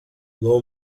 low